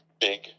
big